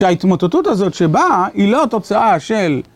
שההתמוטטות הזאת שבה, היא לא תוצאה של...